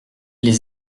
les